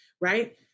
right